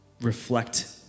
reflect